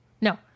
No